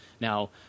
Now